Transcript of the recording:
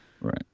Right